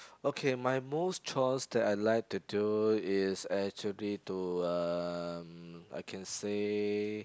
okay my most chores that I like to do is actually to uh I can say